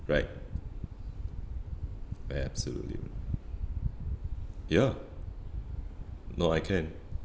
right absolutely ya no I can